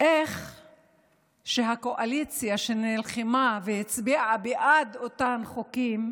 איך הקואליציה שנלחמה והצביעה בעד אותם חוקים,